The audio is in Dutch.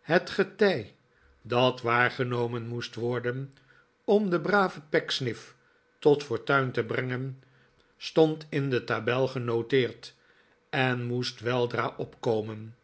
het getij dat waargenomen moest worden om den braven pecksniff tot fortuin te brengen stond in de tabel genoteerd en moest weldra opkomen